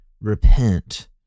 repent